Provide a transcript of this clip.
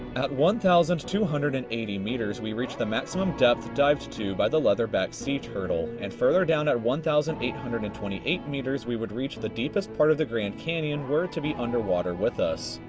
at one thousand two hundred and eighty meters we reach the maximum depth dived to by the leatherback sea turtle. and further down at one thousand eight hundred and twenty eight meters we would reach the deepest part of the grand canyon were it to be underwater with us.